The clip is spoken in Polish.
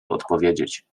odpowiedzieć